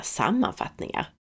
sammanfattningar